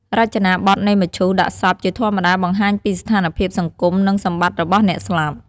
រចនាបទនៃមឈូសដាក់សពជាធម្មតាបង្ហាញពីស្ថានភាពសង្គម និងសម្បត្តិរបស់អ្នកស្លាប់។